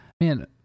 man